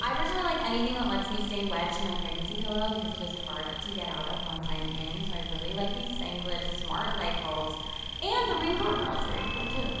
i originally, like anything that lets me stay wedged in my pregnancy pillow because it is hard to get out of once i'm in so i really like these singlet smart light bulbs and the ring doorbells very cool, too